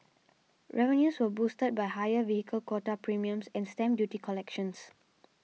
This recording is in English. revenues were boosted by higher vehicle quota premiums and stamp duty collections